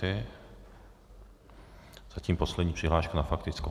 Zatím poslední přihláška na faktickou.